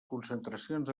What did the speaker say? concentracions